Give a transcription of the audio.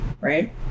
right